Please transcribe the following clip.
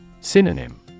Synonym